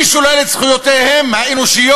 מי שולל את זכויותיהם האנושיות,